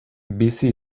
bizi